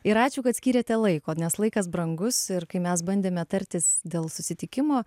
ir ačiū kad skyrėte laiko nes laikas brangus ir kai mes bandėme tartis dėl susitikimo